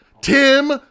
Tim